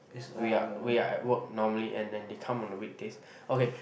we are we are at work normally and then they come on the weekdays okay